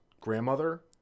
grandmother